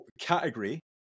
category